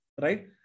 right